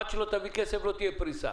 עד שלא תביא כסף לא תהיה פריסה.